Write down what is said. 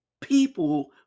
people